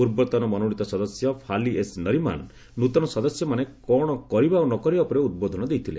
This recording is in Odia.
ପୂର୍ବତନ ମନୋନୀତ ସଦସ୍ୟ ଫାଲି ଏସ୍ ନରିମାନ୍ ନୂତନ ସଦସ୍ୟମାନେ କ'ଣ କରିବା ଓ ନ କରିବା ଉପରେ ଉଦ୍ବୋଧନ ଦେଇଥିଲେ